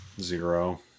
Zero